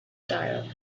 tired